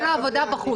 כל העבודה בחוץ.